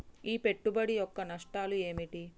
ఈ పెట్టుబడి యొక్క నష్టాలు ఏమిటి?